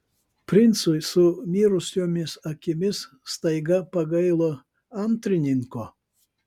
princui su mirusiomis akimis staiga pagailo antrininko